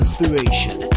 Inspiration